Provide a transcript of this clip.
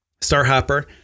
Starhopper